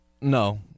No